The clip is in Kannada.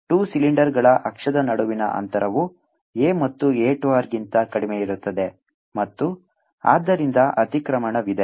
2 ಸಿಲಿಂಡರ್ಗಳ ಅಕ್ಷದ ನಡುವಿನ ಅಂತರವು a ಮತ್ತು a 2 r ಗಿಂತ ಕಡಿಮೆಯಿರುತ್ತದೆ ಮತ್ತು ಆದ್ದರಿಂದ ಅತಿಕ್ರಮಣವಿದೆ